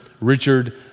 Richard